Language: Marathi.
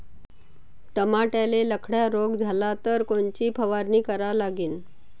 टमाट्याले लखड्या रोग झाला तर कोनची फवारणी करा लागीन?